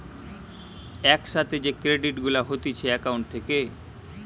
এক সাথে যে ক্রেডিট গুলা হতিছে একাউন্ট থেকে